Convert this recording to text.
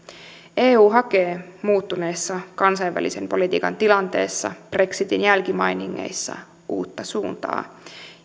eu hakee muuttuneessa kansainvälisen politiikan tilanteessa brexitin jälkimainingeissa uutta suuntaa